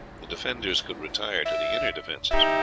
the defenders could retire to the inner defences.